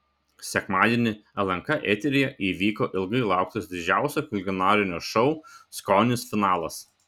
sekmadienį lnk eteryje įvyko ilgai lauktas didžiausio kulinarinio šou skonis finalas